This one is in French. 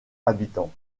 habitants